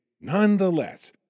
nonetheless